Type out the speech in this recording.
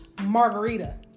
margarita